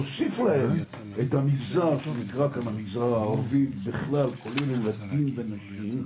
תוסיפו להם את המגזר שנקרא המגזר הערבי בכלל עולים גברים ונשים,